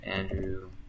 Andrew